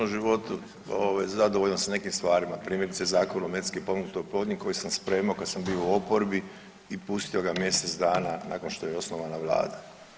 Ja sam u svom životu zadovoljan sa nekim stvarima primjerice Zakon o medicinski potpomognutoj oplodnji koji sam spremao kada sam bio u oporbi i pustio ga mjesec dana nakon što je osnovana Vlada.